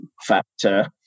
factor